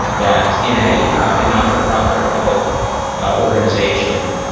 that in a and not for profit or public organization,